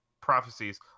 prophecies